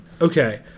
Okay